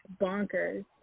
bonkers